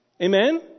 Amen